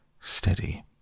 steady